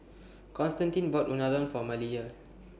Constantine bought Unadon For Malia